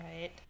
right